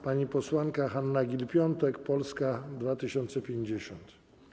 Pani posłanka Hanna Gill-Piątek, Polska 2050.